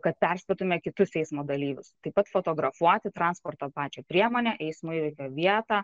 kad perspėtume kitus eismo dalyvius taip pat fotografuoti transporto pačią priemonę eismo įvykio vietą